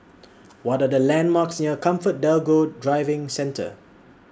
What Are The landmarks near ComfortDelGro Driving Centre